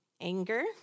Anger